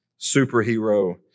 superhero